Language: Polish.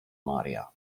maria